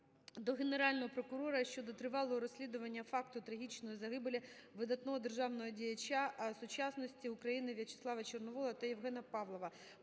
до Генерального прокурора щодо тривалого розслідування факту трагічної загибелі видатного державного діяча сучасної України В'ячеслава Чорновола та Євгена Павлова.